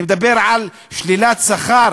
אני מדבר על שלילת שכר.